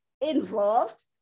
involved